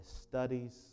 studies